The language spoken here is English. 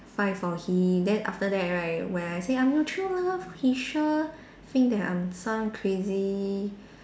fight for him then after that right when I say I'm your true love he sure think that I'm some crazy